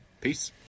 Peace